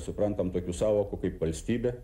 suprantam tokių sąvokų kaip valstybė